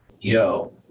Yo